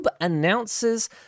announces